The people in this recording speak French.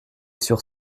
sur